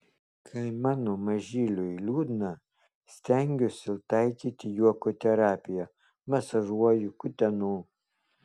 kai mano mažyliui liūdna stengiuosi taikyti juoko terapiją masažuoju kutenu